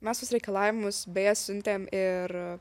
mes tuos reikalavimus beje siuntėm ir